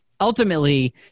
Ultimately